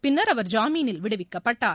பின்னர் அவர் ஜாமீனில் விடுவிக்கப்பட்டார்